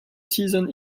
season